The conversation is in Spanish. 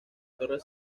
torre